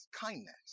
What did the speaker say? kindness